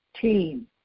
team